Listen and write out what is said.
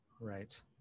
Right